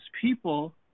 people